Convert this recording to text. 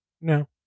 No